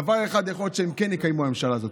דבר אחד יכול להיות שהם כן יקיימו, הממשלה הזאת: